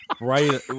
right